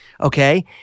okay